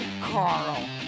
Carl